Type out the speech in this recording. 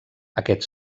aquest